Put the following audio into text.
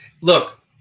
look